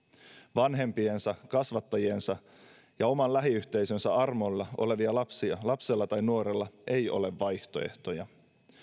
vanhempiensa kasvattajiensa ja oman lähiyhteisönsä armoilla olevalla lapsella lapsella tai nuorella ei ole vaihtoehtoja